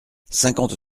cinquante